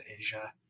Asia